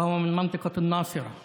והוא תושב אזור נצרת,